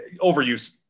overuse